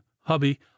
hubby